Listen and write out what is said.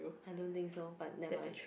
I don't think so but never mind